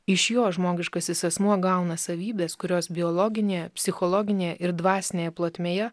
iš jo žmogiškasis asmuo gauna savybes kurios biologinėje psichologinėje ir dvasinėje plotmėje